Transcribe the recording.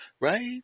right